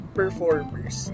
performers